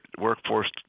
workforce